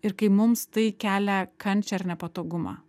ir kai mums tai kelia kančią ir nepatogumą